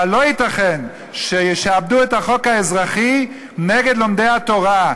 אבל לא ייתכן שישעבדו את החוק האזרחי נגד לומדי התורה.